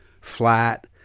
flat